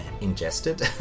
ingested